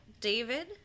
David